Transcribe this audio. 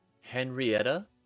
Henrietta